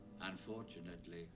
Unfortunately